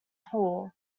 hall